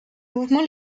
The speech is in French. mouvement